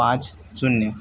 પાંચ શૂન્ય